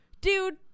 dude